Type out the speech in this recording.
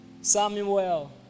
Samuel